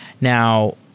Now